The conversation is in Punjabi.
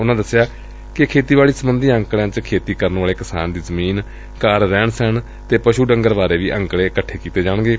ਉਨੁਾ ਦਸਿਆ ਕਿ ਖੇਤੀਬਾਤੀ ਸਬੰਧੀ ਅੰਕੜਿਆਂ ਚ ਖੇਤੀ ਕਰਨ ਵਾਲੇ ਕਿਸਾਨ ਦੀ ਜ਼ਮੀਨ ਘਰ ਰਹਿਣ ਸਹਿਤ ਅਤੇ ਪਸੁ ਡੰਗਰ ਬਾਰੇ ਵੀ ਅੰਕੜੇ ਇਕੱਤਰ ਕੀਤੇ ਜਾਣਗੇ